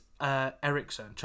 Ericsson